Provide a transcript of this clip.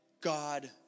God